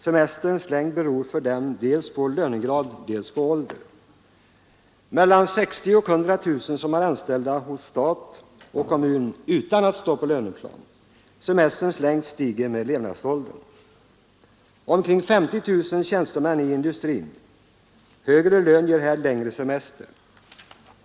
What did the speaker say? Semesterns längd beror för dem dels på lönegrad, dels på ålder. Mellan 60 och 100 000 som är anställda hos stat och kommun utan att stå på löneplan. Semesterns längd stiger med levnadsåldern. Omkring 50 000 tjänstemän i industrin. Högre lön ger längre semester.